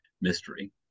mystery